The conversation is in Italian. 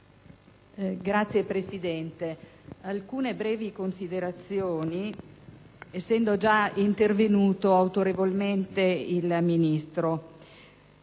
Signor Presidente, svolgerò alcune brevi considerazioni, essendo già intervenuto autorevolmente il Ministro.